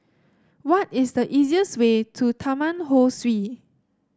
what is the easiest way to Taman Ho Swee